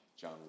John